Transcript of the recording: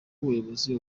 umuyobozi